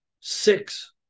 six